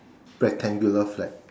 rectangular flag